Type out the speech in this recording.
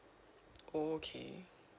okay